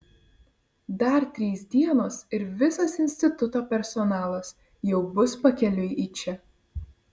dar trys dienos ir visas instituto personalas jau bus pakeliui į čia